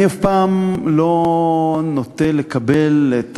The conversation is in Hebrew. אני אף פעם לא נוטה לקבל את